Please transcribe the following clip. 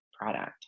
product